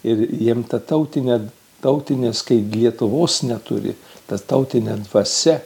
ir jiem ta tautinė tautinės kai lietuvos neturi ta tautinė dvasia